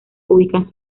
ubican